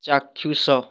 ଚାକ୍ଷୁସ